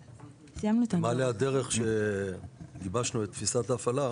אנחנו במעלה הדרך כשגיבשנו את תפיסת ההפעלה